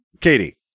katie